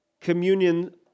communion